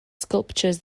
sculptures